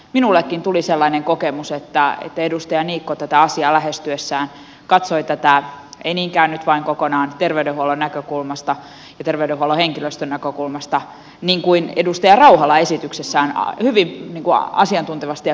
minullekin tuli sellainen kokemus että edustaja niikko tätä asiaa lähestyessään katsoi tätä ei niinkään nyt vain kokonaan terveydenhuollon näkökulmasta ja terveydenhuollon henkilöstön näkökulmasta niin kuin edustaja rauhala esityksessään hyvin asiantuntevasti ja perustellusti teki